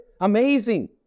amazing